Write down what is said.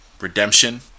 redemption